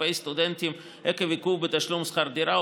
כלפי סטודנטים עקב עיכוב בתשלום שכר דירה,